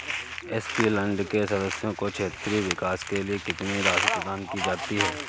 MP land के सदस्यों को क्षेत्रीय विकास के लिए कितनी राशि प्रदान की जाती है?